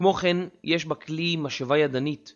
כמו כן יש בכלי משאבה ידנית